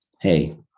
hey